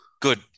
Good